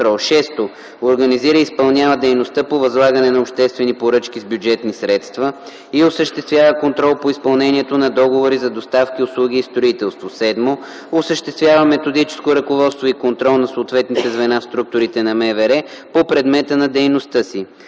6. организира и изпълнява дейността по възлагане на обществени поръчки с бюджетни средства и осъществява контрол по изпълнението на договори за доставки, услуги и строителство; 7. осъществява методическо ръководство и контрол на съответните звена в структурите на МВР по предмета на дейността си.